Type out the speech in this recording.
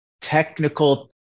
technical